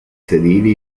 sedili